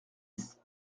dix